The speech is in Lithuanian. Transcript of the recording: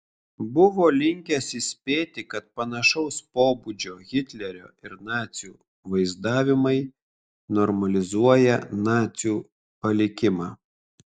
buvo linkęs įspėti kad panašaus pobūdžio hitlerio ir nacių vaizdavimai normalizuoja nacių palikimą